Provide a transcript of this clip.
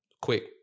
quick